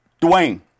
Dwayne